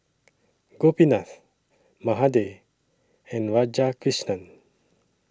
Gopinath Mahade and Radhakrishnan